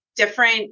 Different